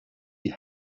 die